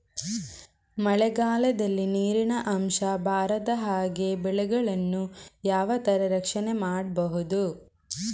ಮಳೆಗಾಲದಲ್ಲಿ ನೀರಿನ ಅಂಶ ಬಾರದ ಹಾಗೆ ಬೆಳೆಗಳನ್ನು ಯಾವ ತರ ರಕ್ಷಣೆ ಮಾಡ್ಬಹುದು?